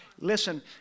Listen